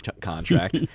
contract